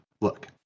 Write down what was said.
Look